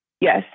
Yes